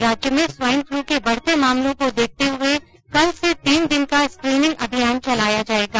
राज्य में swine flu के बढते मामलों को देखते हुए कल से तीन दिन का स्क्रीनिंग अभियान चलाया जाएगा